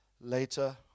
later